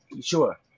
Sure